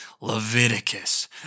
Leviticus